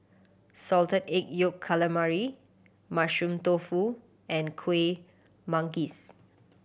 Salted Egg Yolk Calamari Mushroom Tofu and Kueh Manggis